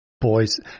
boys